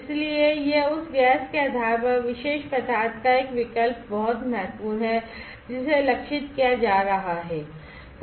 इसलिए यह उस गैस के आधार पर विशेष पदार्थ का एक विकल्प बहुत महत्वपूर्ण है जिसे लक्षित किया जा रहा है